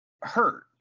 hurt